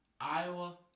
Iowa